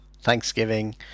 Thanksgiving